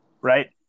right